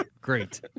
great